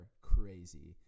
crazy